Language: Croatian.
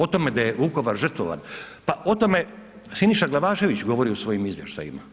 O tome da je Vukovar žrtvovan, pa o tome Siniša Glavašević govori u svojim izvještajima.